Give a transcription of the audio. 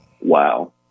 Wow